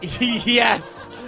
Yes